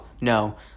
no